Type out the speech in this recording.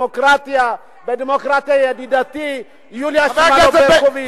ידידתי יוליה שמאלוב-ברקוביץ,